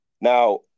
Now